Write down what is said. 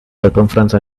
circumference